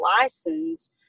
license